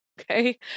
Okay